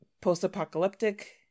post-apocalyptic